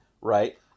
right